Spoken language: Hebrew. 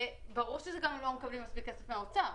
ברור שזה גם זה שאנחנו לא מקבלים כסף מהאוצר.